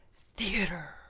theater